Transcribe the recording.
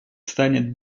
станет